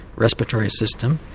respiratory system,